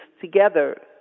together